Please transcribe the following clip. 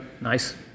Nice